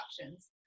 options